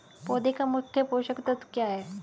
पौधे का मुख्य पोषक तत्व क्या हैं?